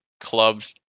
clubs